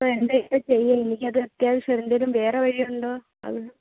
അപ്പം എന്താപ്പം ചെയ്യുക എനിക്ക് അത് അത്യാവശ്യം എന്തേലും വേറെ വഴിയുണ്ടോ അത്